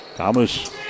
Thomas